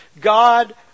God